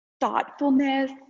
thoughtfulness